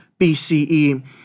BCE